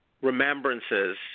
remembrances